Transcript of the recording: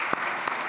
(מחיאות כפיים)